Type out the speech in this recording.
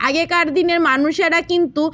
আগেকার দিনের মানুষেরা কিন্তু